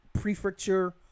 Prefecture